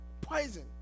poison